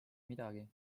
midagi